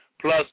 plus